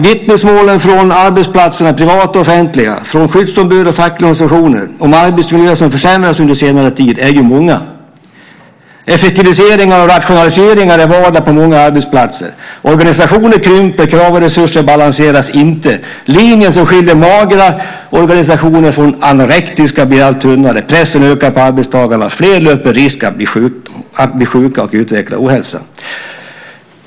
Vittnesmålen från arbetsplatserna, privata och offentliga, från skyddsombud och fackliga organisationer om arbetsmiljöer som försämrats under senare tid är många. Effektiviseringar och rationaliseringar är vardag på många arbetsplatser. Organisationerna krymper, krav och resurser balanseras inte. Linjen som skiljer magra organisationer från anorektiska blir allt tunnare. Pressen ökar på arbetstagarna, fler löper risk att bli sjuka och utveckla ohälsa.